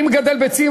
אני מגדל ביצים,